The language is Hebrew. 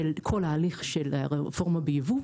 של כל ההליך של הרפורמה בייבוא,